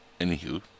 anywho